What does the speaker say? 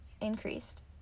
increased